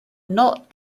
not